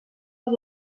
als